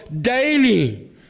daily